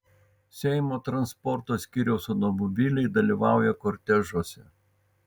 seimo transporto skyriaus automobiliai dalyvauja kortežuose